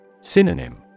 Synonym